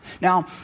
Now